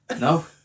No